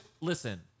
listen